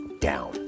down